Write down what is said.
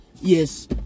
yes